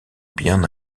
bien